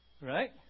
Right